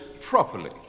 properly